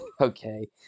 Okay